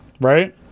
Right